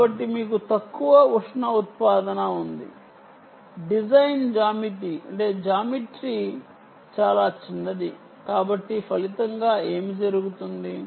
కాబట్టి మీకు తక్కువ ఉష్ణ ఉత్పాదన ఉంది డిజైన్ జ్యామితి చాలా చిన్నది కాబట్టి ఫలితంగా ఏమి జరుగుతుంది